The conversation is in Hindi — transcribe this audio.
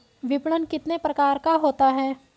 विपणन कितने प्रकार का होता है?